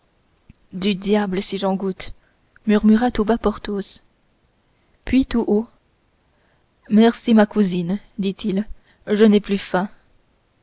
du diable si j'en goûte murmura tout bas porthos puis tout haut merci ma cousine dit-il je n'ai plus faim